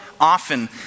often